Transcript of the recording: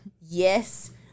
Yes